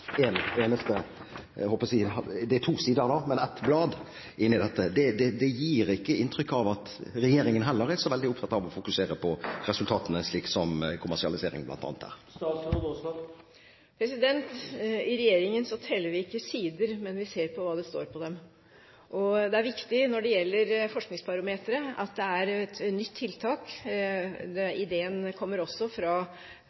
en såpass god publikasjon kommer, med 100 sider interessant stoff, hvorav et kapittel heter «Hvilke resultater gir FoU-innsatsen?», og det består av to sider på et blad, gir ikke det inntrykk av at regjeringen heller er så veldig opptatt av å fokusere på resultatene, slik som bl.a. kommersialisering er. I regjeringen teller vi ikke sider, men vi ser på hva som står på dem. Når det gjelder Forskningsbarometeret, er det viktig at det er et nytt tiltak